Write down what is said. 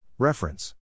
Reference